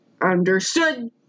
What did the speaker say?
understood